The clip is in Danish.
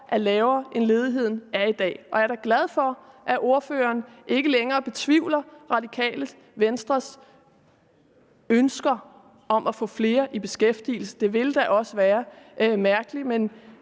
er lavere, end den er i dag. Og jeg er da glad for, at ordføreren på den ene side ikke længere betvivler Radikale Venstres ønske om at få flere i beskæftigelse – det ville da også være mærkeligt,